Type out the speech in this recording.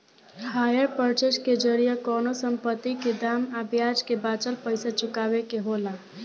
hire purchase के जरिया कवनो संपत्ति के दाम आ ब्याज के बाचल पइसा चुकावे के होला